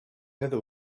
heather